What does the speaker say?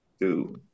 Two